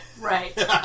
Right